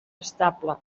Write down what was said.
estable